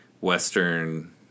western